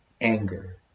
anger